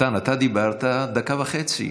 מתן, אתה דיברת דקה וחצי.